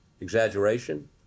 Exaggeration